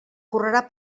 correrà